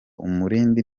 umurindi